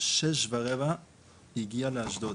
18:15 לאשדוד.